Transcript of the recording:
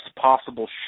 possible